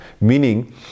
meaning